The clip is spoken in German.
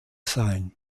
sein